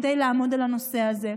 כדי לעמוד על הנושא הזה.